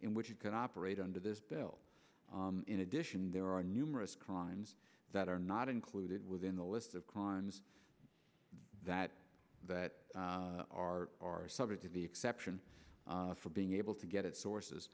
in which you can operate under this bill in addition there are numerous crimes that are not included within the list of crimes that that are are subject to the exception for being able to get it sources